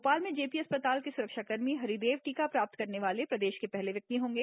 भोपाल में जेपी अस्पताल के सुरक्षाकर्मी हरिदेव टीका प्राप्त करने वाले प्रदेश के पहले व्यक्ति होंगे